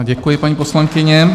Děkuji vám, paní poslankyně.